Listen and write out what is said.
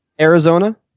Arizona